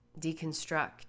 deconstruct